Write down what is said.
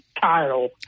title